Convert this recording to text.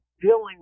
feeling